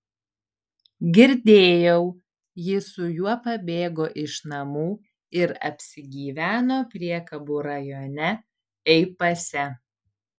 girdėjau ji su juo pabėgo iš namų ir apsigyveno priekabų rajone ei pase